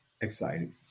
exciting